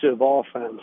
offense